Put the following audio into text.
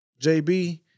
JB